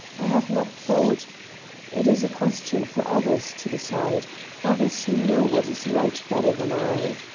i have not thought it is a question for others to decide others who know what is right better than i.